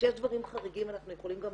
כשיש דברים חריגים אנחנו יכולים גם